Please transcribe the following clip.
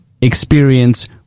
experience